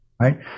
Right